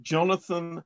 Jonathan